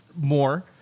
more